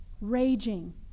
Raging